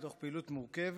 בתוך פעילות מורכבת,